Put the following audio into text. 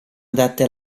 adatte